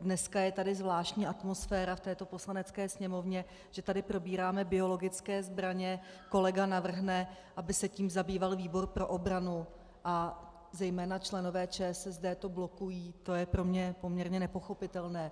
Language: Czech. dneska je tady zvláštní atmosféra v této Poslanecké sněmovně, že tady probíráme biologické zbraně, kolega navrhne, aby se tím zabýval výbor pro obranu, a zejména členové ČSSD to blokují, to je pro mě poměrně nepochopitelné.